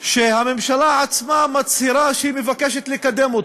שהממשלה עצמה מצהירה שהיא מבקשת לקדם,